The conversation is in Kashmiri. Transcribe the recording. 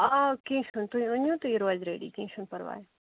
آ کیٚنہہ چھُنہٕ تُہۍ أنِو تہٕ یہِ روزِ ریڈی کیٚنہہ چھُنہٕ پَرواے